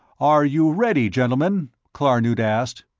are you ready, gentlemen? klarnood asked.